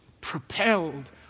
propelled